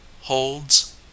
holds